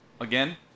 again